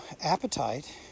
appetite